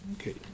Okay